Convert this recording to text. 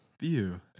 View